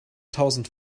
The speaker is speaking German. tausend